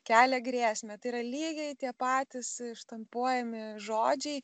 kelia grėsmę tai yra lygiai tie patys štampuojami žodžiai